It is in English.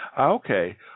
Okay